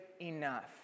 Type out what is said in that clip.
enough